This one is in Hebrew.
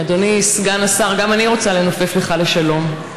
אדוני סגן השר, גם אני רוצה לנופף לך לשלום.